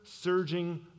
surging